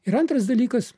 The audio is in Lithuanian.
ir antras dalykas